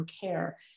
care